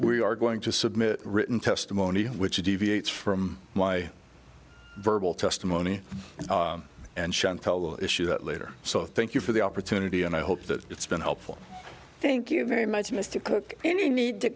we are going to submit written testimony which deviates from my verbal testimony and shantell issue that later so thank you for the opportunity and i hope that it's been helpful thank you very much mr cook and you need to